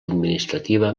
administrativa